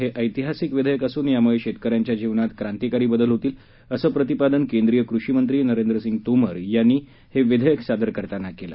हे ऐतिहासिक विधेयकं असून यामुळे शेतकऱ्यांच्या जीवनात क्रांतिकारी बदल होतील असं प्रतिपादन केंद्रीय कृषी मंत्री नरेंद्र सिंग तोमर यांनी हे विधेयक सादर करताना केलं